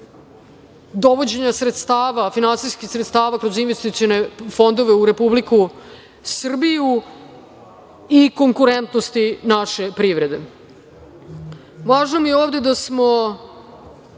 dovođenja sredstava, finansijskih sredstava kroz investicione fondove u Republiku Srbiju i konkurentnosti naše privrede. Važno mi je ovde da smo